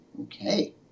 Okay